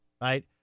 right